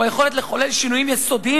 הוא היכולת לחולל שינויים יסודיים,